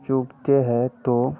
चूगते हैं तो